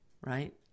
right